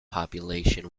population